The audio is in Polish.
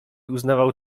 uznawał